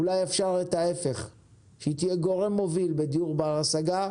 ואולי אפשר שיקרה מצב הפוך בו היא תהיה גורם מוביל בדיור בר הגשה.